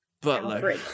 Butler